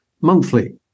monthly